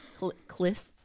Clists